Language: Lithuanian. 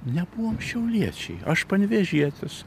nebuvom šiauliečiai aš panevėžietis